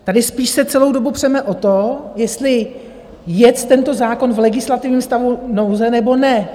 Tady spíš se celou dobu přeme o tom, jestli jet tento zákon v legislativním stavu nouze, nebo ne.